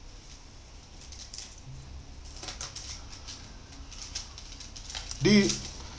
the